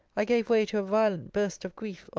i gave way to a violent burst of grief,